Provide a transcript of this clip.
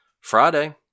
Friday